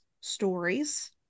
stories